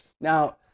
Now